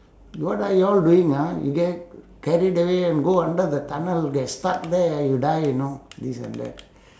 what are you all doing ah you get carried away and go under the tunnel get stuck there you'll die you know this and that